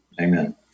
amen